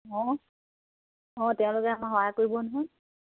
অঁ অঁ তেওঁলোকে আমাৰ সহায় কৰিব নহয়